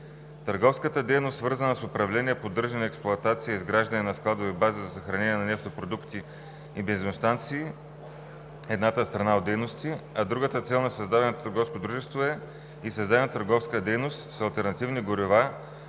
Търговската дейност, свързана с управление, поддържане, експлоатация, изграждане на складови бази за съхранение на нефтопродукти и бензиностанции, е едната страна от дейностите, а другата цел на създаденото търговското дружество е и създаването на търговска дейност с алтернативни горива,